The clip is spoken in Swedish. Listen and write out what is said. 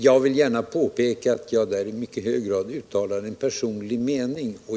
Jag vill påpeka att jag där i mycket hög grad uttalar en personlig mening.